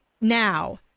now